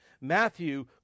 Matthew